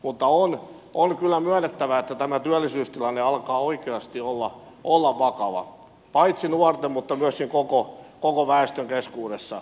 mutta on kyllä myönnettävä että tämä työllisyystilanne alkaa oikeasti olla vakava paitsi nuorten myöskin koko väestön keskuudessa